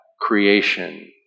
creation